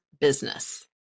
business